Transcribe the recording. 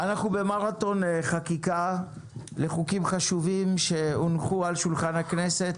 אנחנו במרתון חקיקה לחוקים חשובים שהונחו על שולחן הכנסת,